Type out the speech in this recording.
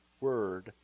word